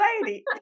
lady